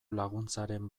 laguntzaren